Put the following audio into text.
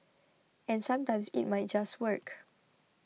and sometimes it might just work